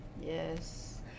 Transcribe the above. Yes